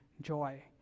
joy